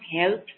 health